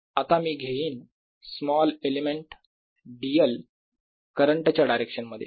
आता मी घेईन स्मॉल एलिमेंट dl करंट च्या डायरेक्शन मध्ये